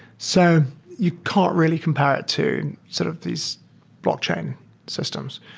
so you can't really compare it to sort of these blockchain systems.